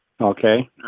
Okay